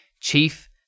chief